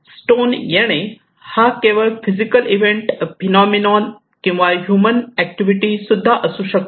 stone येणे हा केवळ फिजिकल इव्हेंट फेनॉमेन किंवा ह्यूमन ऍक्टिव्हिटी सुद्धा असू शकते